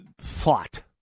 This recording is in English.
thought